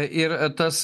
ir tas